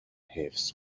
حفظ